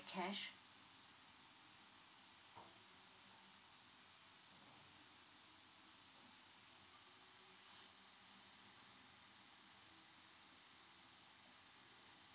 cash